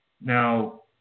Now